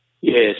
Yes